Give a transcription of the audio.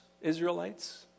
Israelites